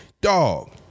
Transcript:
Dog